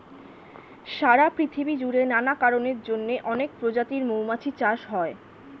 সারা পৃথিবী জুড়ে নানা কারণের জন্যে অনেক প্রজাতির মৌমাছি চাষ হয়